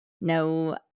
no